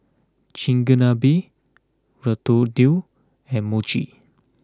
Chigenabe Ratatouille and Mochi